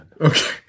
Okay